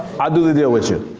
i'll do the deal with you.